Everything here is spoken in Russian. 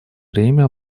время